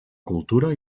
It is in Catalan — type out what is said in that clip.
cultura